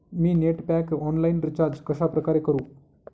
मी net pack online recharge कशाप्रकारे करु?